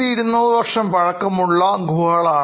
2200 വർഷം പഴക്കമുള്ള ഗുഹകളാണ്